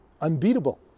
unbeatable